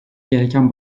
gereken